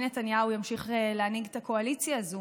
נתניהו ימשיך להנהיג את הקואליציה הזאת,